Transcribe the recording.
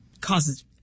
causes